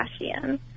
Kardashian